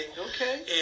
Okay